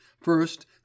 first